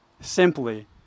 Simply